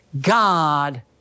God